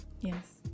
Yes